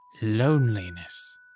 Loneliness